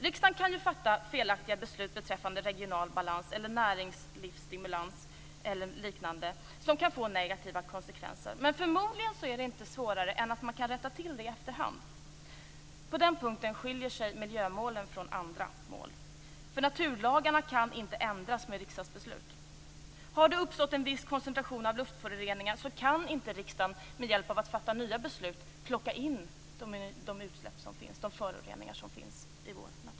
Riksdagen kan fatta felaktiga beslut beträffande regional balans, näringslivsstimulans eller liknande som kan få negativa konsekvenser. Men förmodligen är det inte svårare än att man kan rätta till det hela i efterhand. På den punkten skiljer sig miljömålen från andra mål. Naturlagarna kan nämligen inte ändras med riksdagsbeslut. Har en viss koncentration av luftföroreningar uppstått kan inte riksdagen genom att fatta nya beslut plocka in de utsläpp och föroreningar som finns i vår natur.